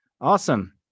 Awesome